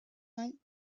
night